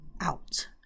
out